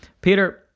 Peter